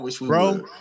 bro